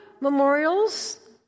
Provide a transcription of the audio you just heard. memorials